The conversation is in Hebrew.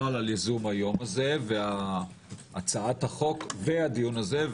ייזום היום הזה ועל הצעת החוק והדיון הזה.